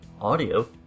audio